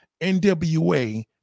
NWA